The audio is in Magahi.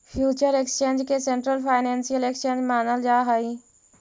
फ्यूचर एक्सचेंज के सेंट्रल फाइनेंसियल एक्सचेंज मानल जा हइ